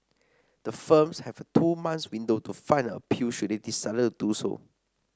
the firms have a two month window to file an appeal should they decide to do so